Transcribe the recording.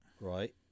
Right